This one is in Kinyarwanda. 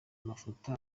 amafoto